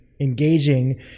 engaging